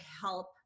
help